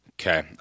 Okay